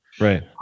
right